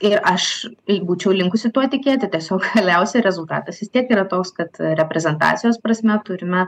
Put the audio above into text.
ir aš tai būčiau linkusi tuo tikėti tiesiog galiausiai rezultatas vis tiek yra toks kad reprezentacijos prasme turime